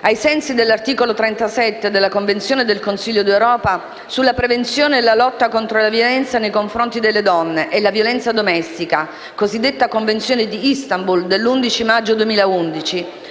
ai sensi dell'articolo 37 della Convenzione del Consiglio d'Europa sulla prevenzione e la lotta contro la violenza nei confronti delle donne e la violenza domestica, la cosiddetta Convenzione di Istanbul dell'11 maggio 2011,